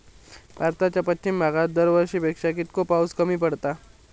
भारताच्या पश्चिम भागात दरवर्षी पेक्षा कीतको पाऊस कमी पडता?